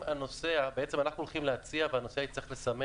בעצם אנחנו הולכים להציע והנוסע יצטרך לסמן